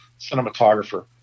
cinematographer